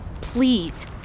Please